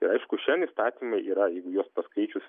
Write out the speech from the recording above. ir aišku šiandien įstatymai yra jeigu juos paskaičius